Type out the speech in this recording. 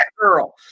girl